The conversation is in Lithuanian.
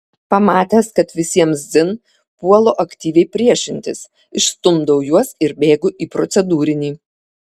pamatęs kad visiems dzin puolu aktyviai priešintis išstumdau juos ir bėgu į procedūrinį